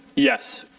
yes.